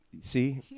See